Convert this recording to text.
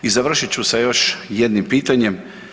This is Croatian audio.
I završit ću sa još jednim pitanjem.